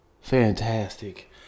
fantastic